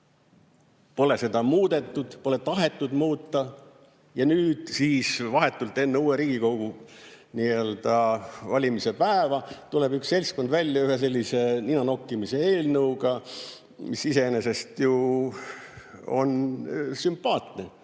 pole muudetud, pole tahetud muuta. Ja nüüd vahetult enne uue Riigikogu valimise päeva tuleb üks seltskond välja ühe sellise ninanokkimise eelnõuga, mis iseenesest on ju sümpaatne.